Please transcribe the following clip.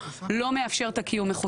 לא מאפשר את קיום האיכות.